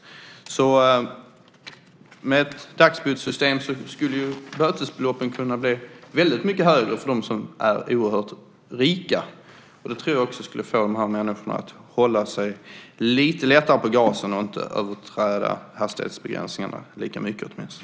Med ett dagsbotssystem skulle bötesbeloppen kunna bli väldigt mycket högre för dem som är oerhört rika. Det tror jag också skulle få dessa människor att vara lite lättare på gasen och inte överskrida hastighetsbegränsningarna lika mycket åtminstone.